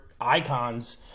icons